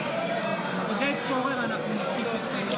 עודד פורר, אנחנו נוסיף אותו.